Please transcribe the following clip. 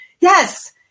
Yes